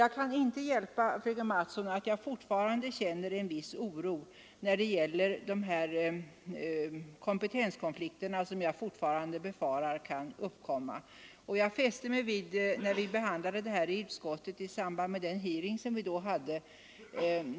Jag kan inte hjälpa, fröken Mattson, att jag fortfarande känner en viss oro när det gäller de här kompetenskonflikterna som jag befarar kan uppkomma. Jag fäste mig särskilt vid saken i samband med den hearing vi hade i utskottet.